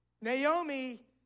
Naomi